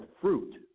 fruit